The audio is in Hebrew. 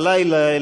בלילה,